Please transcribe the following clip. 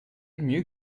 mieux